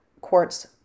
quartz